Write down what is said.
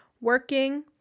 working